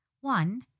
One